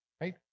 right